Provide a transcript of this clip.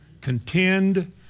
Contend